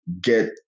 get